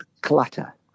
clutter